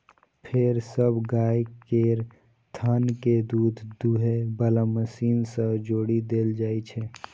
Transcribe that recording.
फेर सब गाय केर थन कें दूध दुहै बला मशीन सं जोड़ि देल जाइ छै